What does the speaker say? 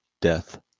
death